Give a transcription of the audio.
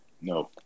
No